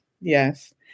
Yes